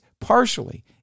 partially